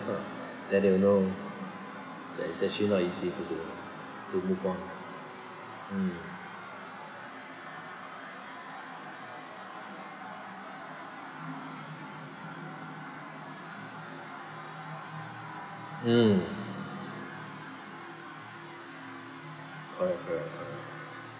!huh! then they will know that it's actually not easy to do to move on mm mm correct correct correct